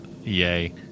yay